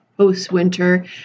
post-winter